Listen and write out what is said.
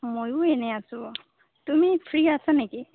মইয়ো এনেই আছোঁ তুমি ফ্ৰী আছা নেকি